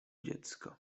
dziecko